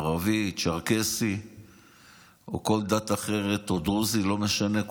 ערבי, צ'רקסי או דרוזי או כל דת אחרת, לא משנה,